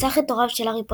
רצח את הוריו של הארי,